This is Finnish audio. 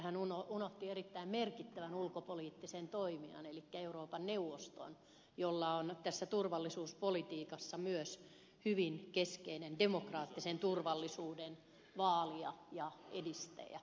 hän unohti erittäin merkittävän ulkopoliittisen toimijan elikkä euroopan neuvoston joka on tässä turvallisuuspolitiikassa myös hyvin keskeinen demokraattisen turvallisuuden vaalija ja edistäjä